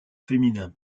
féminin